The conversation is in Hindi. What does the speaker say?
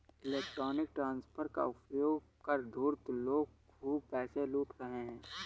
इलेक्ट्रॉनिक ट्रांसफर का उपयोग कर धूर्त लोग खूब पैसे लूट रहे हैं